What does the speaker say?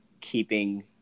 keeping